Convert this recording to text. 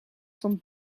stond